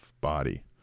body